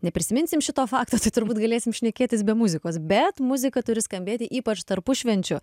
neprisiminsim šito fakto tai turbūt galėsim šnekėtis be muzikos bet muzika turi skambėti ypač tarpušvenčiu